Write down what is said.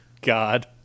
God